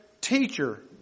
teacher